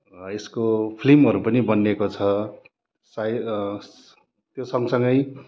यसको फिलिमहरू पनि बनिएको छ सायद त्यो सँगसँगै